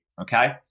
Okay